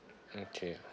okay